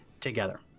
together